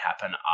happen